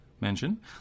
mention